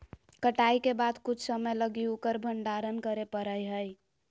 कटाई के बाद कुछ समय लगी उकर भंडारण करे परैय हइ